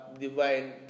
divine